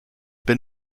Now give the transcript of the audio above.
been